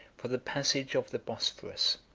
for the passage of the bosphorus.